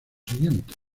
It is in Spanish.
siguientes